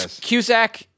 Cusack